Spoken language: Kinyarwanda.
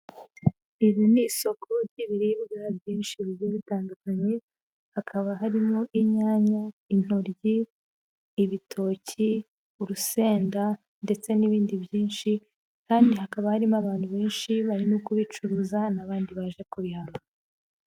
Iri ni isoko ry'ibiribwa byinshi bigiye bitandukanye hakaba harimo, inyanya, intoryi, ibitoki, urusenda ndetse n'ibindi byinshi kandi hakaba harimo abantu benshi barimo kubicuruza n'abandi baje kubihaha.